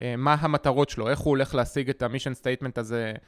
מה המטרות שלו, איך הוא הולך להשיג את המישן סטייטמנט הזה?